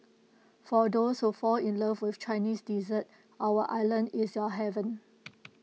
for those who fall in love with Chinese dessert our island is your heaven